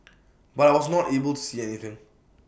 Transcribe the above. but I was not able to see anything